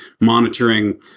monitoring